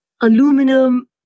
aluminum